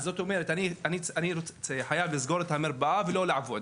זאת אומרת אני חייב לסגור את המרפאה ולא לעבוד